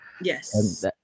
Yes